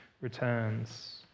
returns